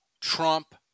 Trump